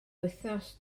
wythnos